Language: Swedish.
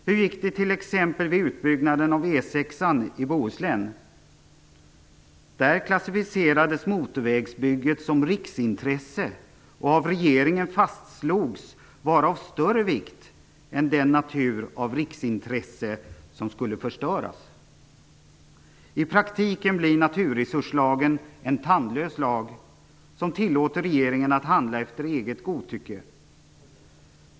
Hur gick det t.ex. vid utbyggnaden av E 6 i Bohuslän? Där klassificerades motorvägsbygget som riksintresse. Av regeringen fastslogs det vara av större vikt än den natur av riksintresse som skulle förstöras. I praktiken blir naturresurslagen en tandlös lag som tillåter regeringen att handla efter eget godtycke.